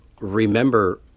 remember